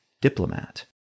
diplomat